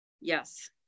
Yes